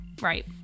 Right